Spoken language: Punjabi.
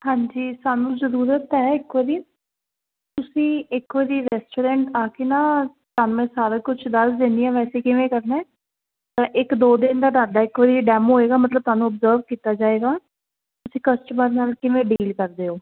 ਹਾਂਜੀ ਸਾਨੂੰ ਜ਼ਰੂਰਤ ਹੈ ਇੱਕੋ ਦੀ ਤੁਸੀਂ ਇੱਕ ਵਾਰੀ ਜਿਹੀ ਰੈਸਟੋਰੈਂਟ ਆ ਕੇ ਨਾ ਤਾਂ ਮੈਂ ਸਾਰਾ ਕੁਝ ਦੱਸ ਦਿੰਦੀ ਹਾਂ ਵੈਸੇ ਕਿਵੇਂ ਕਰਨਾ ਇੱਕ ਦੋ ਦਿਨ ਦਾ ਡਰਦਾ ਇਕ ਵਾਰੀ ਡੈਮੋ ਹੋਏਗਾ ਮਤਲਬ ਤੁਹਾਨੂੰ ਅਬਜਰਵ ਕੀਤਾ ਜਾਏਗਾ ਅਸੀਂ ਕਸਟਮਰ ਨਾਲ ਕਿਵੇਂ ਡੀਲ ਕਰਦੇ ਹੋ